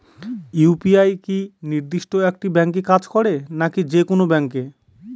UPI কি নির্দিষ্ট একটি ব্যাংকে কাজ করে নাকি যে কোনো ব্যাংকে?